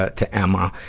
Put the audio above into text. ah to emma.